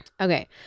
Okay